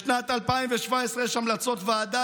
בשנת 2017 יש המלצות ועדה,